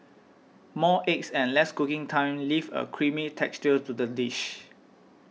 more eggs and less cooking time leave a creamy texture to the dish